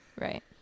Right